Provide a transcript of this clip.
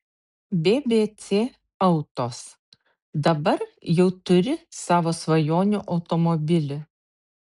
bbc autos dabar jau turi savo svajonių automobilį